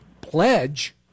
pledge